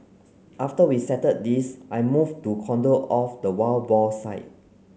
after we settled this I moved to cordon off the wild boar site